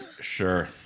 Sure